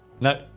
No